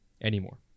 anymore